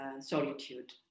solitude